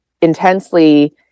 intensely